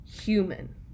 human